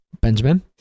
Benjamin